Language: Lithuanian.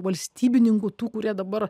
valstybininkų tų kurie dabar